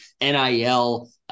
NIL –